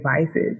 devices